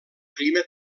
clima